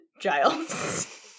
Giles